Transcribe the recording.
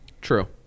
True